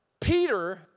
Peter